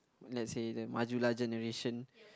let's say the Majulah generation